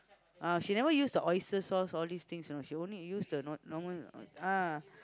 ah she never use the oyster sauce all these things you know she only use the no~ normal ah